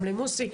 גם למוסי,